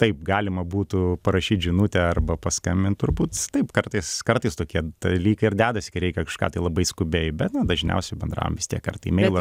taip galima būtų parašyt žinutę arba paskambint turbūt taip kartais kartais tokie dalykai ir dedasi kai reikia kažką tai labai skubiai bet na dažniausiai bendraujam vis tiek ar tai emailu ar